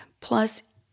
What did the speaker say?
Plus